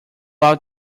out